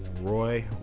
Roy